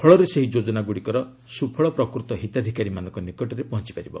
ଫଳରେ ସେହି ଯୋଜନାଗୁଡ଼ିକର ସୁଫଳ ପ୍ରକୃତ ହିତାଧିକାରୀମାନଙ୍କ ନିକଟରେ ପହଞ୍ଚପାରିବ